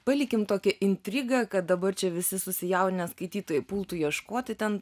palikim tokią intrigą kad dabar čia visi susijaudinę skaitytojai pultų ieškoti ten